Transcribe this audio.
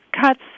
cuts